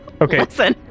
okay